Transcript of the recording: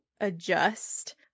adjust